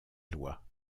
loi